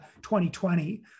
2020